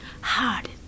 hard